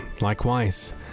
Likewise